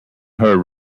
her